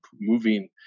moving